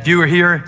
if you were here